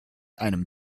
einem